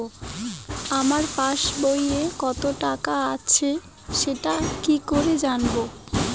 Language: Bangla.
আমার পাসবইয়ে কত টাকা আছে সেটা কি করে জানবো?